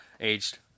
Aged